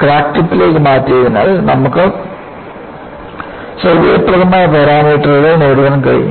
crack ടിപ്പിലേക്ക് മാറ്റിയതിനാൽ നമുക്ക് സൌകര്യപ്രദമായ പാരാമീറ്ററുകൾ നേടാൻ കഴിഞ്ഞു